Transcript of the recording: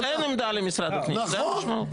אוקיי, אז אין עמדה למשרד הפנים, זו המשמעות.